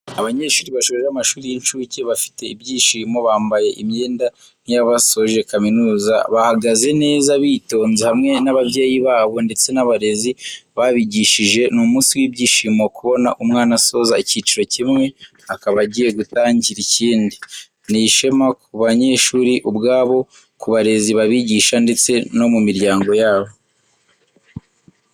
Abanyeshuri basoje amashuri y'incuke bafite ibyishimo, bambaye imyenda nk'iyabasoje kaminuza bahagaze neza bitonze hamwe n'ababyeyi babo ndetse n'abarezi babigishije ni umunsi w'ibyishimo kubona umwana asoza ikiciro kimwe akaba agiye gutangira ikindi, ni ishema ku banyeshuri ubwabo, ku barezi babigishije ndetse no ku miryango yabo.